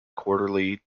quarterly